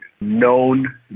known